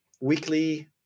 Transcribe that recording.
weekly